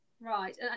Right